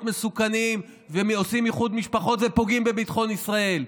מסוכנים ועושים איחוד משפחות ופוגעים בביטחון ישראל,